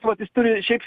tai vat jis turi šiaip